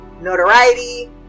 notoriety